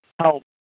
help